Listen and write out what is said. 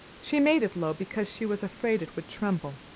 she made it low, because she was afraid it would tremble.